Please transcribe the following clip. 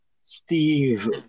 Steve